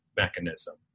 Mechanism